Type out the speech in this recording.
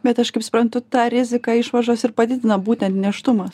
bet aš kaip suprantu tą riziką išvaržos ir padidina būtent nėštumas